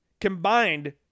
Combined